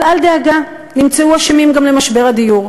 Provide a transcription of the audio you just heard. אבל אל דאגה, נמצאו אשמים גם במשבר הדיור: